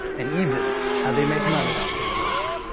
and even how they make money off their work.